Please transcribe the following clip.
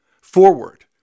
forward